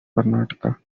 karnataka